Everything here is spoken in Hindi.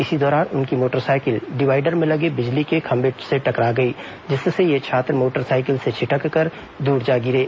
इसी दौरान उनकी मोटरसाइकिल डिवाइडर में लगे बिजली के खंभे से टकरा गई जिससे ये छात्र मोटरसाइकिल से छिटककर दूर जा गिरे